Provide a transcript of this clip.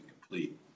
complete